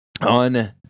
on